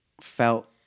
felt